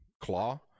Claw